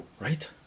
Right